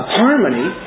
harmony